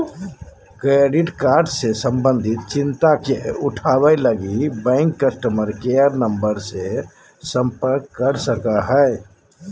credit card से संबंधित चिंता के उठावैय लगी, बैंक कस्टमर केयर नम्बर से संपर्क कर सको हइ